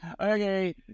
okay